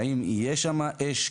והאם יש שמה אש?